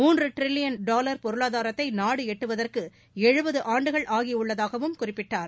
மூன்று trillion dollar பொருளாதாரத்தை நாடு எட்டுவதற்கு எழுபது ஆண்டுகள் ஆகியுள்ளதாகவும் குறிப்பிட்டார்